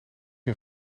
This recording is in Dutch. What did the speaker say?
een